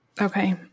Okay